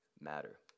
matter